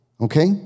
okay